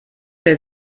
der